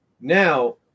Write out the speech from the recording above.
Now